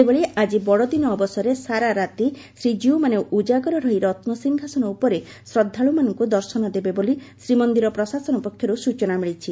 ସେହିଭଳି ଆଜି ବଡଦିନ ଅବସରରେ ସାରାରାତି ଶ୍ରୀକୀଉମାନେ ଉଜାଗର ରହି ରନିସିଂହାସନ ଉପରେ ଶ୍ର ଦେବେ ବୋଲି ଶ୍ରୀମନ୍ଦିର ପ୍ରଶାସନ ପକ୍ଷରୁ ସୂଚନା ମିଳିଛି